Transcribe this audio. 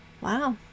Wow